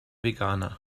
veganer